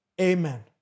Amen